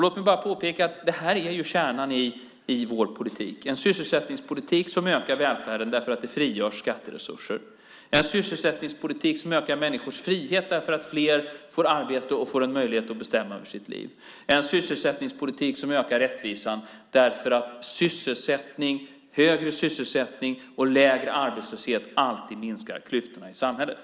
Låt mig bara påpeka att det här är kärnan i vår politik, en sysselsättningspolitik som ökar välfärden därför att det frigörs skatteresurser, en sysselsättningspolitik som ökar människors frihet därför att fler får arbete och får en möjlighet att bestämma över sitt liv, en sysselsättningspolitik som ökar rättvisan därför att högre sysselsättning och lägre arbetslöshet alltid minskar klyftorna i samhället.